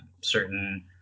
certain